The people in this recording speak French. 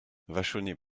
vachonnet